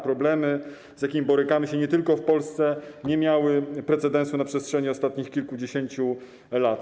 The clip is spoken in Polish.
Problemy, z jakimi borykamy się nie tylko w Polsce, nie miały precedensu na przestrzeni ostatnich kilkudziesięciu lat.